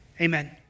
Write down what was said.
amen